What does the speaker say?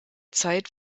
zeit